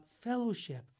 fellowship